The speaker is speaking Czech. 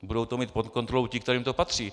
Budou to mít pod kontrolou ti, kterým to patří.